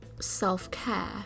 self-care